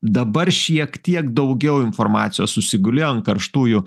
dabar šiek tiek daugiau informacijos susigulėjo ant karštųjų